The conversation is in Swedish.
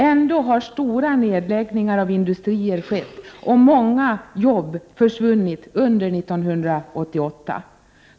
Ändå har stora nedläggningar av industrier skett och många jobb försvunnit under 1988.